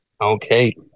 Okay